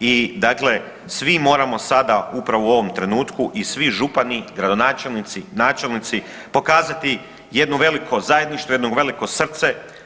i dakle svi moramo sada upravo u ovom trenutku i svi župani, gradonačelnici, načelnici pokazati jedno veliko zajedništvo, jedno veliko srce.